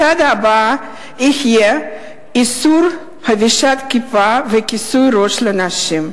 הצעד הבא יהיה איסור חבישת כיפה וכיסוי ראש לנשים.